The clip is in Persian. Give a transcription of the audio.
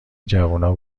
جوونا